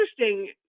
interesting